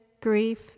grief